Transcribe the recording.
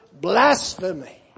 blasphemy